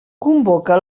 convoca